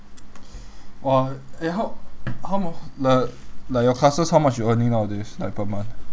!wah! eh how how the like your classes how much you earning nowadays like per month